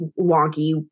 wonky